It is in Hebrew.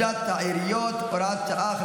ועדת הכנסת, שבעה בעד,